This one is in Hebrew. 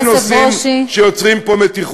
הוא רוצה שנעמוד פה ונשב פה ביום שני,